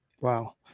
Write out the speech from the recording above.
wow